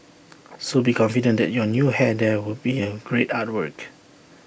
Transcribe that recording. so be confident that your new hair there would be A great artwork